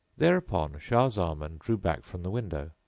thereupon shah zaman drew back from the window,